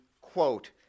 quote